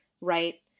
right